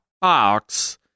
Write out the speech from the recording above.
box